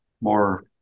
more